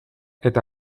eta